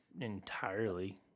entirely